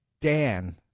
Dan